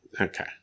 Okay